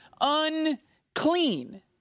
unclean